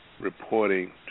reporting